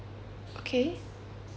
okay